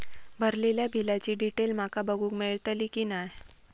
भरलेल्या बिलाची डिटेल माका बघूक मेलटली की नाय?